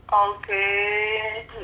Okay